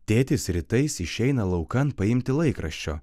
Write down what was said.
tėtis rytais išeina laukan paimti laikraščio